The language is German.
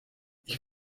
ich